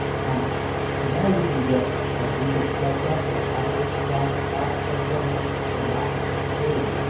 and now you can get like google sketchup or other cad software programs for nothing. they're free.